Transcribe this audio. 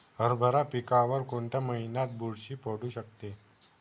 हरभरा पिकावर कोणत्या महिन्यात बुरशी पडू शकते?